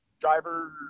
driver